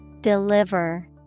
Deliver